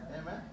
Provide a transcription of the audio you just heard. Amen